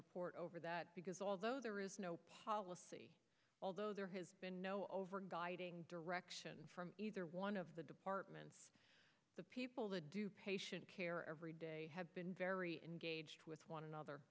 report over that because although there is no policy although there has been no over guiding direction from either one of the departments the people that do patient care every day have been very engaged with one another